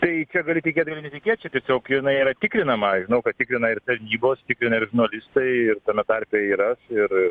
tai čia gali tikėt gali netikėt čia tiesiog jinai yra tikrinama aš žinau kad tikrina ir tarnybos tikrina ir žurnalistai ir tame tarpe ir aš ir